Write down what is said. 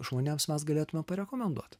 žmonėms mes galėtumėme parekomenduoti